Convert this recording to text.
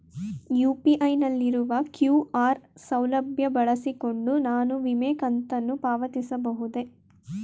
UPI ನಲ್ಲಿರುವ QR ಸೌಲಭ್ಯ ಬಳಸಿಕೊಂಡು ನಾನು ವಿಮೆ ಕಂತನ್ನು ಪಾವತಿಸಬಹುದೇ?